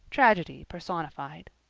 tragedy personified.